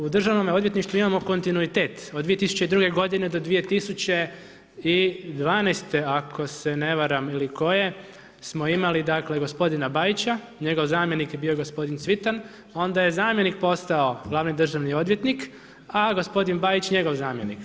U Državnom odvjetništvu imamo kontinuitet, od 2002. g. do 2012. ako se ne varam ili koje, smo imali, dakle, gospodina Bajića, njegov zamjenik je bio gospodin Cvitan, onda je zamjenik postao glavni državni odvjetnik, a gospodin Bajić njegov zamjenik.